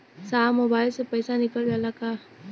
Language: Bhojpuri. साहब मोबाइल से पैसा निकल जाला का?